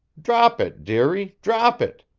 drop it, dearie, drop it.